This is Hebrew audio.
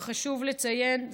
וחשוב לציין,